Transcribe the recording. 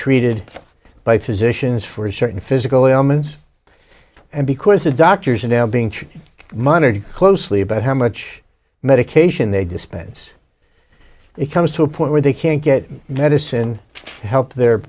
treated by physicians for certain physical ailments and because the doctors are now being monitored closely about how much medication they dispense it comes to a point where they can't get medicine to help their